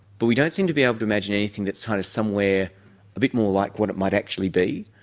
but we don't seem to be able to imagine anything that's kind of somewhere a bit more like what it might actually be,